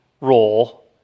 role